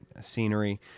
scenery